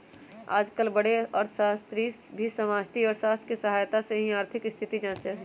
आजकल बडे अर्थशास्त्री भी समष्टि अर्थशास्त्र के सहायता से ही आर्थिक स्थिति जांचा हई